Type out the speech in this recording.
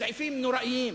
סעיפים נוראים,